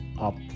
up